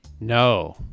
no